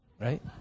right